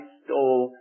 stole